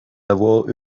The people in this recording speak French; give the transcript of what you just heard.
avoir